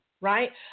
right